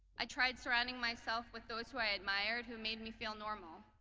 i tried surrounding myself with those who i admired, who made me feel normal.